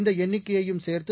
இந்த எண்ணிக்கையும் சேர்த்து